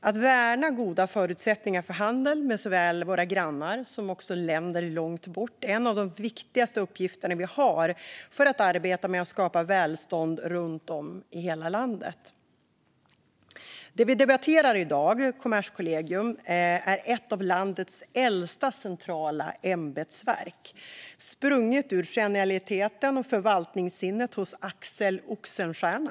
Att värna goda förutsättningar för handel med såväl våra grannar som länder långt bort är en av de viktigaste uppgifterna vi har att arbeta med för att skapa välstånd runt om i hela landet. Det vi debatterar i dag, Kommerskollegium, är ett av landets äldsta centrala ämbetsverk, sprunget ur genialiteten och förvaltningssinnet hos Axel Oxenstierna.